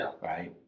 right